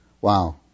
wow